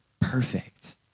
perfect